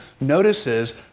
notices